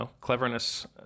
cleverness